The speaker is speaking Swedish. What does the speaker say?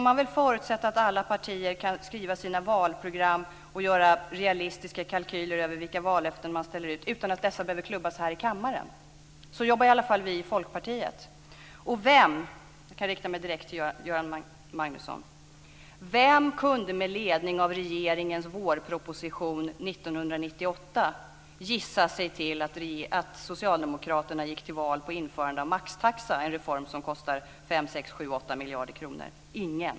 Man får förutsätta att alla partier kan skriva sina egna valprogram och göra realistiska kalkyler över vilka vallöften som ställs ut utan att de behöver klubbas i kammaren. Så jobbar vi i Folkpartiet. Vem - jag riktar mig direkt till Göran Magnusson - kunde med ledning av regeringens vårproposition 1998 gissa sig till att socialdemokraterna gick till val på införande av maxtaxa - en reform som kostar 5-8 miljarder kronor? Ingen.